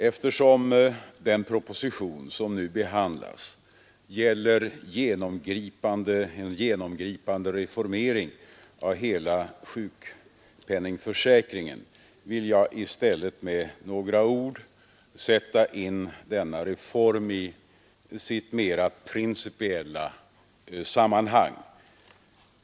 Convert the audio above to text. Eftersom den proposition som nu behandlas gäller en genomgripande reformering av hela sjukpenningförsäkringen vill jag i stället med några ord sätta in denna reform i sitt mera principiella sammanhang.